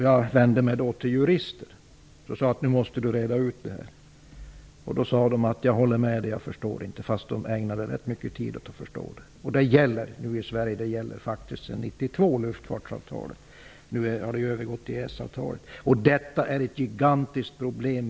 Jag vände mig till jurister och bad dem att reda ut vissa frågor. Trots att de ägnade rätt mycket tid åt att sätta sig in i frågorna, höll de med mig om att dessa var svåra att sätta sig in i. Luftfartsavtalet gäller nu sedan 1992 i Sverige, även om det har övergått till att bli en del av EES Hela EU-rätten är ett gigantiskt problem.